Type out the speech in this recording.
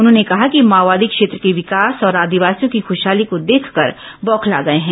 उन्होंने कहा कि माओवादी क्षेत्र के विकास और आदिवासियों की ख्रशहाली को देखकर बौखला गए हैं